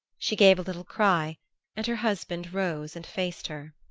she gave a little cry and her husband rose and faced her.